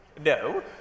No